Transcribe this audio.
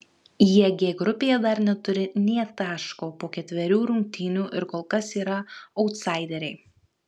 jie g grupėje dar neturi nė taško po ketverių rungtynių ir kol kas yra autsaideriai